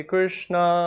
Krishna